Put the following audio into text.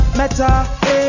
meta